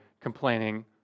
complaining